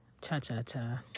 cha-cha-cha